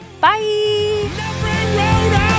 bye